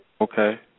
Okay